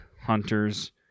hunters